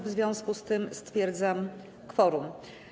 W związku z tym stwierdzam kworum.